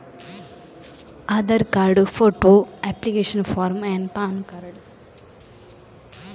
ಹೊಸ saving account open ಮಾಡಲು ಒಂದು ಫಾರ್ಮ್ ಸಿಗಬಹುದು? ಅದಕ್ಕೆ ಏನೆಲ್ಲಾ ಡಾಕ್ಯುಮೆಂಟ್ಸ್ ಬೇಕು?